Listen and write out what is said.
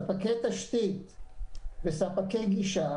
ספקי תשתית וספקי גישה